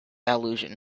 allusion